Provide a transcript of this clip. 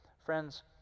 Friends